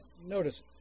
notice